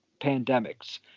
pandemics